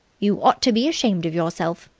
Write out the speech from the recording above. you ought to be ashamed of yourself,